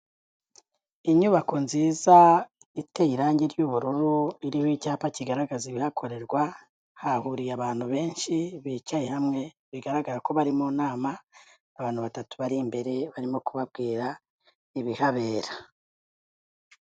Inyubako nziza iteye irangi ry'ubururu, iriho icyapa kigaragaza ibihakorerwa, hahuriye abantu benshi bicaye hamwe, bigaragara ko bari mu nama, abantu batatu bari imbere barimo kubabwira ibihabera.